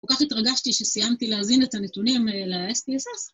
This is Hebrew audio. וכך התרגשתי שסיימתי להזין את הנתונים ל־STSS...